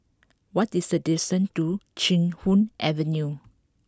what is the distance to Chee Hoon Avenue